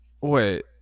Wait